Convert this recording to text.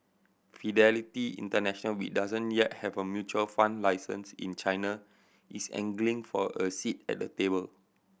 Fidelity International we doesn't yet have a mutual fund license in China is angling for a seat at the table